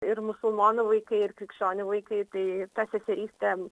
ir musulmonų vaikai ir krikščionių vaikai tai ta seserystė